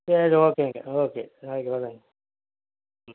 சரி ஓகேங்க ஓகே நாளைக்கு வரேங்க ம்